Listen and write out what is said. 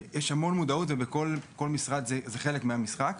יש המון מודעות ובכל משרד זה חלק מהמשחק.